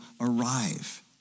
arrive